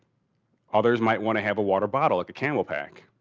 others might want to have a water bottle like a camel pack.